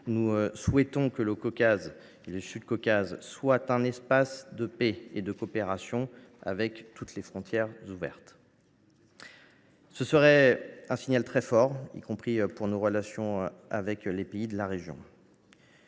Nous souhaitons que le Caucase et le Sud Caucase soient un espace de paix et de coopération, où les frontières sont ouvertes. Ce serait un signal très fort, y compris pour nos relations avec les pays de la région.